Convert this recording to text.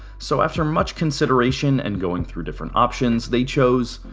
so, after much consideration and going through different options, they chose.